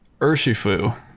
Urshifu